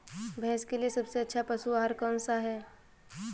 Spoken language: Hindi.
भैंस के लिए सबसे अच्छा पशु आहार कौन सा है?